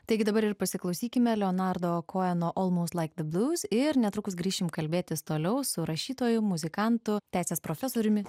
taigi dabar ir pasiklausykime leonarda o koją nuo alnos laikų didus ir netrukus grįšime kalbėtis toliau su rašytoju muzikantu teisės profesoriumi